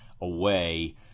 away